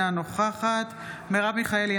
אינה נוכחת מרב מיכאלי,